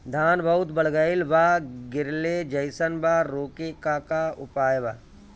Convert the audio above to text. धान बहुत बढ़ गईल बा गिरले जईसन बा रोके क का उपाय बा?